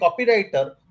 copywriter